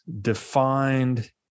defined